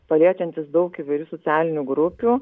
paliečiantis daug įvairių socialinių grupių